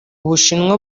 bushinwa